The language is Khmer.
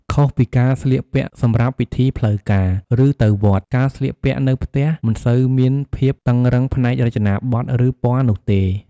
ខុសពីការស្លៀកពាក់សម្រាប់ពិធីផ្លូវការ ឬទៅវត្ត ការស្លៀកពាក់នៅផ្ទះមិនសូវមានភាពតឹងរ៉ឹងផ្នែករចនាបថ ឬពណ៌នោះទេ។